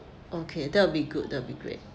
okay that would be good that would be great